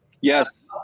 Yes